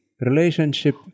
relationship